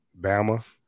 Bama